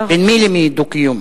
בין מי למי דו-קיום?